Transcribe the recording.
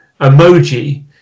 emoji